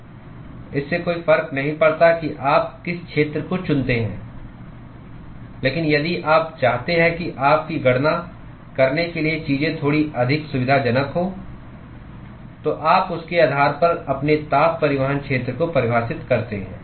इससे कोई फर्क नहीं पड़ता कि आप किस क्षेत्र को चुनते हैं लेकिन यदि आप चाहते हैं कि आपकी गणना करने के लिए चीजें थोड़ी अधिक सुविधाजनक हों तो आप उसके आधार पर अपने ताप परिवहन क्षेत्र को परिभाषित करते हैं